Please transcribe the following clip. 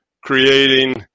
creating